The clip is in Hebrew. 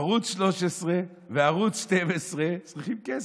ערוץ 13 וערוץ 12 צריכים כסף.